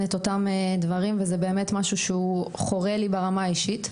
את אותם דברים וזה באמת משהו שחורה לי ברמה האישית.